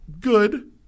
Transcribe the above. good